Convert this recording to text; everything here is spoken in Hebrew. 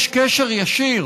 יש קשר ישיר